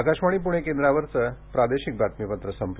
आकाशवाणी पूणे केंद्रावरचं प्रादेशिक बातमीपत्र संपलं